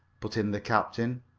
put in the captain.